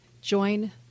join